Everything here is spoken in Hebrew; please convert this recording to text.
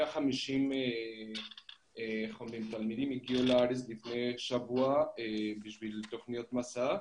150 תלמידים הגיעו לארץ לפני שבוע בשביל תוכניות 'מסע',